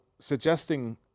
suggesting